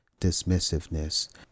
dismissiveness